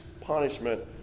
punishment